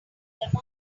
them